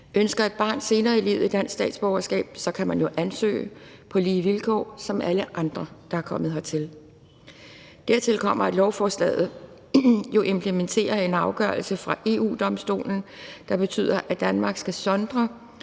Ønsker et barn senere i livet dansk statsborgerskab, kan man jo ansøge på lige vilkår som alle andre, der er kommet hertil. Dertil kommer, at lovforslaget jo implementerer en afgørelse fra EU-Domstolen, der betyder, at Danmark skal sondre